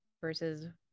versus